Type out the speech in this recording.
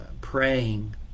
praying